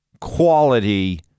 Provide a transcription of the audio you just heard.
quality